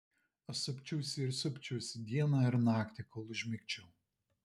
aš supčiausi ir supčiausi dieną ir naktį kol užmigčiau